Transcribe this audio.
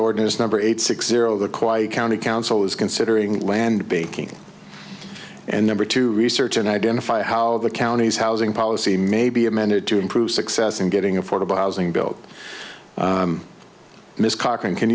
ordinance number eight six zero the quiet county council is considering land be king and number two research and identify how the county's housing policy may be amended to improve success in getting affordable housing built in this cochrane can